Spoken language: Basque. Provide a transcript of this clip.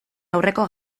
aurreko